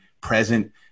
present